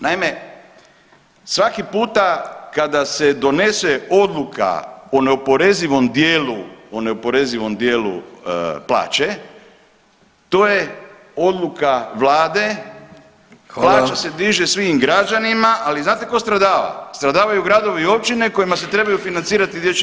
Naime, svaki puta kada se donese odluka o neoporezivom dijelu, o neoporezivom dijelu plaće to je odluka vlade [[Upadica: Hvala.]] plaća se diže svim građanima, ali znate tko stradava, stradavaju gradovi i općine kojima se trebaju financirati dječji